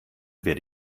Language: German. werde